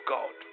God